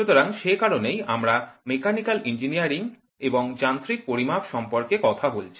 সুতরাং সে কারণেই আমরা মেকানিকাল ইঞ্জিনিয়ারিং এবং যান্ত্রিক পরিমাপ সম্পর্কে কথা বলছি